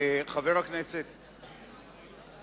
אני לא מכיר חבר הכנסת בר-און.